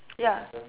ya